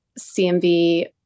CMV